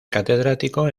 catedrático